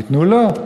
ייתנו לו?